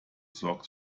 sorgt